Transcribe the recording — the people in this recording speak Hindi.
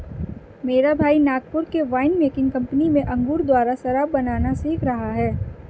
मेरा भाई नागपुर के वाइन मेकिंग कंपनी में अंगूर द्वारा शराब बनाना सीख रहा है